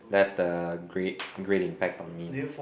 left a great great impact on me lah